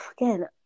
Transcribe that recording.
again